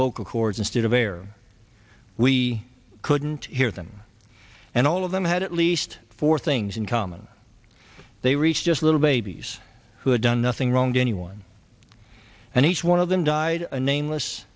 vocal chords instead of air we couldn't hear them and all of them had at least four things in common they reached just a little babies who had done nothing wrong to anyone and each one of them died a nameless